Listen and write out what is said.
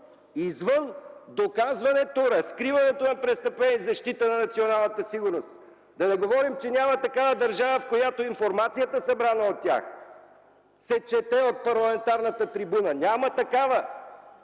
извън доказването, разкриването на престъпления и защита на националната сигурност. Да не говорим, че няма такава държава, в която информацията, събрана от тях, се чете от парламентарната трибуна. Няма такава!